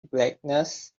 blackness